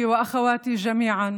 אחיי ואחיותיי כולם,